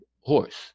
horse